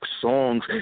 songs